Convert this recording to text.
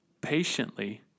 patiently